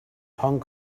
hong